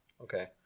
Okay